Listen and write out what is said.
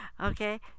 okay